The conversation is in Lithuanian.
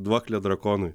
duoklė drakonui